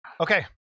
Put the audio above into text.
Okay